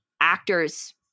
actors